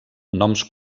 noms